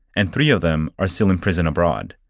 and three of them are still in prison abroad.